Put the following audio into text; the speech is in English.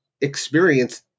experience